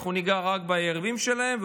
אנחנו ניגע רק ביריבים שלהם,